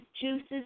juices